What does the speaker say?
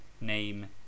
name